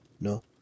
No